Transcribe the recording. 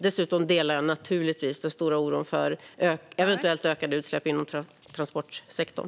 Dessutom delar jag naturligtvis den stora oron för eventuellt ökade utsläpp inom transportsektorn.